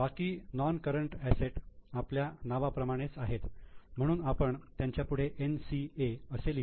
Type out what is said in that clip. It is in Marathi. बाकी नोन करंट एसेट आपल्या नावा प्रमाणेच आहेत म्हणून आपण त्यांच्यापूढे NCA असे लिहू